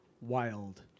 wild